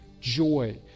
joy